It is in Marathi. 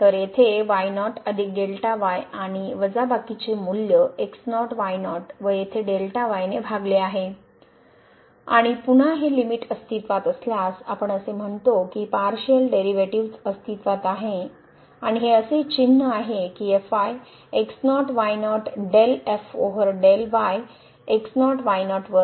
तर येथे आणि वजाबाकीचे मूल्य x0 y0 व येथे ने भागले आहे आणि पुन्हा हे लिमिट अस्तित्वात असल्यास आपण असे म्हणतो की पारशिअल डेरिव्हेटिव्हज अस्तित्त्वात आहे आणि हे असे चिन्ह आहे की fy x0 y0 del over del y x0 y0 वर